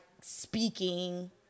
speaking